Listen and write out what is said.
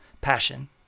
passion